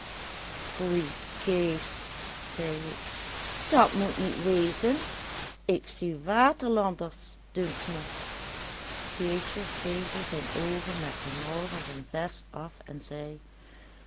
foei kees zei ik dat moet niet wezen ik zie waterlanders dunkt me keesje veegde zijn oogen met de mouw van zijn vest af en zei